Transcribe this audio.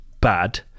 bad